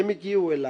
הם הגיעו אליי.